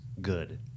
good